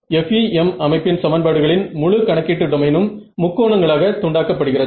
FEM அமைப்பின் சமன்பாடுகளின் முழு கணக்கீட்டு டொமைனும் முக்கோணங்களாக துண்டாக்க படுகிறது